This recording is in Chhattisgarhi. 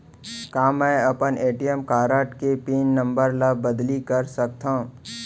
का मैं अपन ए.टी.एम कारड के पिन नम्बर ल बदली कर सकथव?